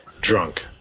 drunk